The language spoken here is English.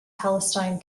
palestine